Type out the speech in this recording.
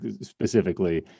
specifically